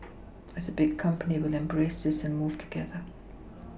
as a big company we will embrace this and move together